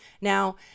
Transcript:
Now